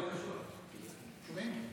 שומעים?